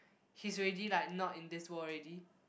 he's already like not in this world already